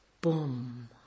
boom